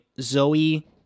Zoe